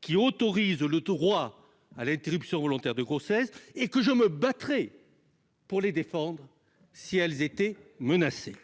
qui autorise le trois à l'interruption volontaire de grossesse et que je me battrai. Pour les défendre, si elles étaient menacés.